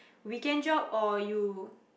weekend job or you